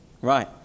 Right